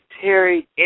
Terry